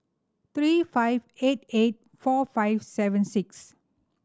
three five eight eight four five seven six